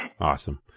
Awesome